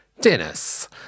Dennis